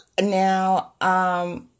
Now